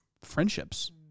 friendships